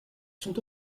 sont